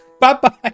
Bye-bye